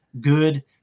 good